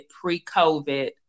pre-COVID